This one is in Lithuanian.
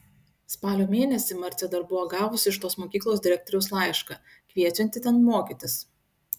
spalio mėnesį marcė dar buvo gavusi iš tos mokyklos direktoriaus laišką kviečiantį ten mokytis